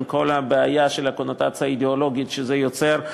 עם כל הבעיה של הקונוטציה האידיאולוגית שזה יוצר.